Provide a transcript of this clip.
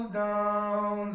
down